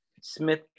Smith